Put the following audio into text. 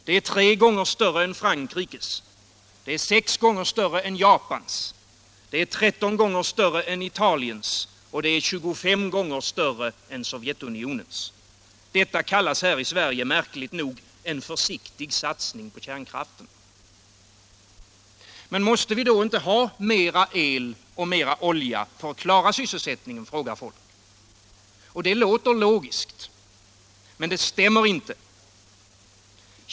Det är tre gånger större än Frankrikes, sex gånger större än Japans, 13 gånger större än Italiens och 25 gånger större än Sovjetunionens. Det kallas här i Sverige märkligt nog ”en försiktig satsning på kärnkraften”. Men måste vi då inte ha mera el och mera olja för att klara sysselsättningen? frågar folk. Det låter logiskt. Men det stämmer inte.